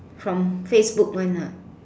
from Facebook one ah